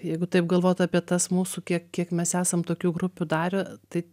jeigu taip galvot apie tas mūsų kiek kiek mes esam tokių grupių darę tai